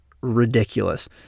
ridiculous